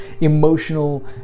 emotional